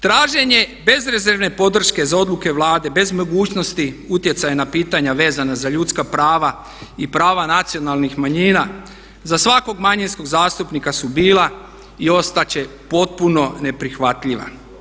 Traženje bezrezervne podrške za odluke Vlade bez mogućnosti utjecaja na pitanja vezana za ljudska prava i prava nacionalnih manjina za svakog manjinskog zastupnika su bila i ostat će potpuno neprihvatljiva.